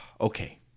okay